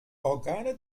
organe